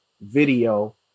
video